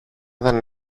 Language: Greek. δεν